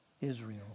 Israel